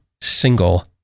single